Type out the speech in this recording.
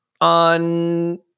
on